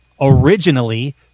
originally